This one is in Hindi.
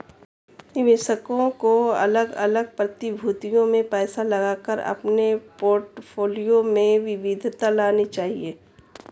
निवेशकों को अलग अलग प्रतिभूतियों में पैसा लगाकर अपने पोर्टफोलियो में विविधता लानी चाहिए